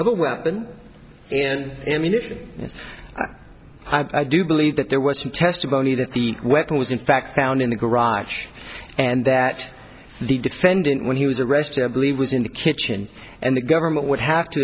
a weapon and ammunition yes i do believe that there was some testimony that the weapon was in fact found in the garage and that the defendant when he was arrested i believe was in the kitchen and the government would have to